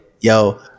yo